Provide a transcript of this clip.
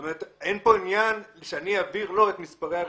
כלומר אין פה עניין שאני אעביר לו את מספרי הרישוי,